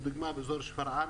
למשל באזור שפרעם,